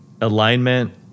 alignment